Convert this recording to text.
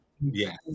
Yes